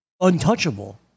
untouchable